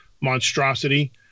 monstrosity